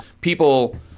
people